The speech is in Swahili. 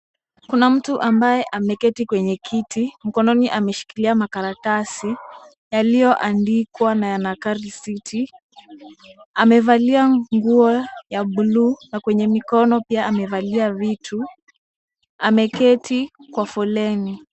Kuna mtu ambaye ameketi kwenye kiti. Mkononi ameshikilia makaratasi yaliyoandikwa na yanakaa risiti. Amevalia nguo ya buluu na kwenye mikono pia amevalia vitu. Ameketi kwa foleni.